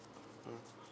mm